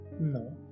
No